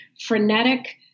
frenetic